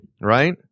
Right